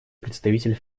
представитель